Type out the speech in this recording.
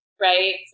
right